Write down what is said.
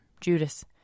Judas